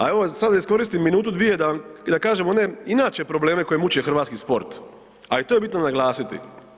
A evo sad da iskoristim minutu, dvije i da kažem inače one probleme koji muče hrvatski sport, ali to je bitno naglasiti.